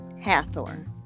Hathor